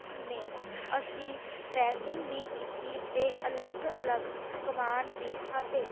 ਘੁੰਮੇ ਅਸੀਂ ਟ੍ਰੈਕਿੰਗ ਵੀ ਕੀਤੀ ਅਤੇ ਅਲੱਗ ਅਲੱਗ ਪਕਵਾਨ ਵੀ ਖਾਧੇ